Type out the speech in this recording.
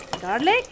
garlic